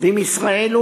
ואם הוא ישראל,